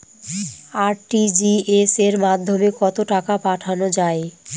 RTGS এর মাধ্যমে কত টাকা পাঠানো যায়?